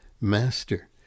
Master